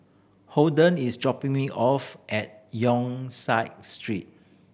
Holden is dropping me off at Yong Street